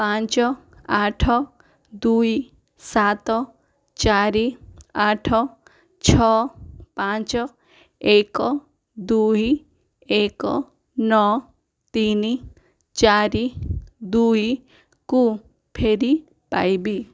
ପାଞ୍ଚ ଆଠ ଦୁଇ ସାତ ଚାରି ଆଠ ଛଅ ପାଞ୍ଚ ଏକ ଦୁଇ ଏକ ନଅ ତିନି ଚାରି ଦୁଇକୁୁ ଫେରିପାଇବି